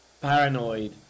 paranoid